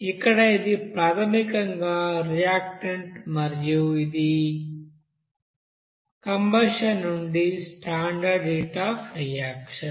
ఇక్కడ ఇది ప్రాథమికంగా రియాక్టన్ట్ మరియు ఇక్కడ ఇది కంబషన్ నుండి స్టాండర్డ్ హీట్ అఫ్ రియాక్షన్